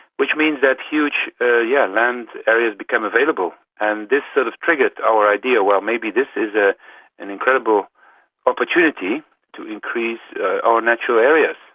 which means that huge ah yeah land areas become available, and this sort of triggered our idea, well, maybe this is ah an incredible opportunity to increase our natural areas.